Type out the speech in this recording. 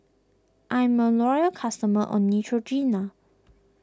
I'm a loyal customer of Neutrogena